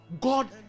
God